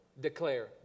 Declare